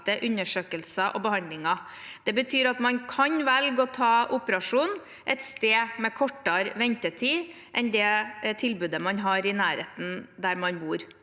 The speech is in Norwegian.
undersøkelser og behandlinger. Det betyr at man kan velge å ta operasjonen et sted med kortere ventetid enn det tilbudet man har i nærheten av der man bor.